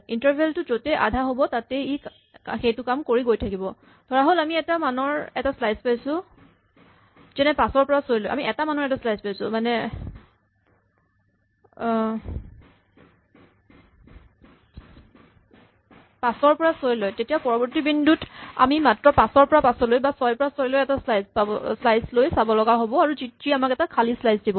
interval টো য'তেই আধা হ'ব তাতেই ই সেইটো কাম কৰি গৈ থাকিব ধৰাহ'ল আমি মাত্ৰ এটা মানৰ স্লাইচ পাইছো যেনে ৫ ৰ পৰা ৬ লৈ তেতিয়া পৰৱৰ্তী বিন্দুত আমি মাত্ৰ ৫ ৰ পৰা ৫ লৈ বা ৬ ৰ পৰা ৬ লৈ এটা স্লাইচ লৈ চাব লগা হ'ব আৰু যি আমাক এটা খালী স্লাইচ দিব